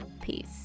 Peace